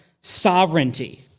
sovereignty